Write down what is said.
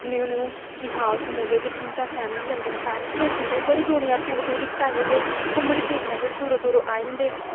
new new हां उत्थै मूवियां दिक्खनियां जां फैमिली जंदे सारे लोग जंदे बड़ी दुनियां टूरिस्ट आए दे होंदे घूमन फिरन जेह्ड़े दूरूं दूरूं आए दे होंदे